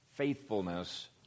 faithfulness